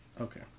Okay